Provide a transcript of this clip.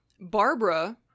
Barbara